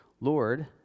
Lord